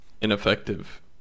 Ineffective